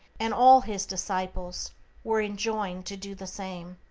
and all his disciples were enjoined to do the same.